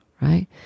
right